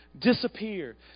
disappear